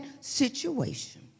situation